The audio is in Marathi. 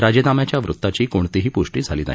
राजीनाम्याच्या वृत्ताची कोणतीही पृष्टी झाली नाही